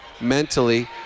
mentally